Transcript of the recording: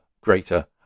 greater